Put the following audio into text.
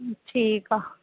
ठीकु आहे